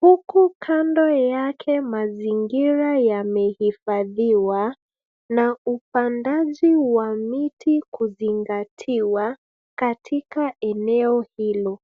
huku kando yake mazingira yamehifadhiwa, na upandaji wa miti kuzingatiwa katika eneo hilo.